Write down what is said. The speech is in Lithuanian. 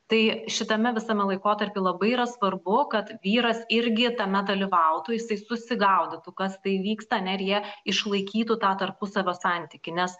tai šitame visame laikotarpy labai svarbu kad vyras irgi tame dalyvautų jisai susigaudytų kas tai vyksta ane ir jie išlaikytų tą tarpusavio santykį nes